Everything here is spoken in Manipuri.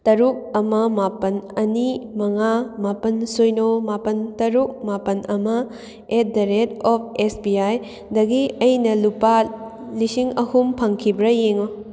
ꯇꯔꯨꯛ ꯑꯃ ꯃꯥꯄꯜ ꯑꯅꯤ ꯃꯉꯥ ꯃꯥꯄꯜ ꯁꯤꯅꯣ ꯃꯥꯄꯜ ꯇꯔꯨꯛ ꯃꯥꯄꯜ ꯑꯃ at the rate of S B ꯑꯥꯏꯗꯒꯤ ꯑꯩꯅ ꯂꯨꯄꯥ ꯂꯤꯁꯤꯡ ꯑꯍꯨꯝ ꯐꯧꯈꯤꯕ꯭ꯔꯥ ꯌꯦꯡꯉꯨ